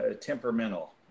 temperamental